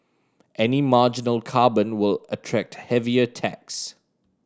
any marginal carbon will attract heavier tax